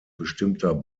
bestimmter